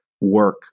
work